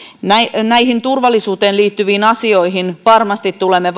näihin näihin turvallisuuteen liittyviin asioihin varmasti tulemme